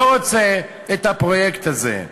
לא רוצה את הפרויקט הזה.